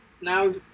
now